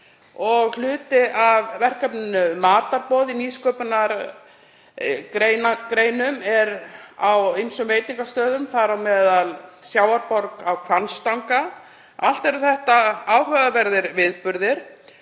Hluti af verkefninu Matarboðið í nýsköpunargreinum er á ýmsum veitingastöðum, þar á meðal á Sjávarborg á Hvammstanga. Allt eru þetta áhugaverðir viðburðir.